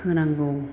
होनांगौ